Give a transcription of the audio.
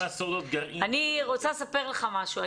אני רוצה לספר לך משהו.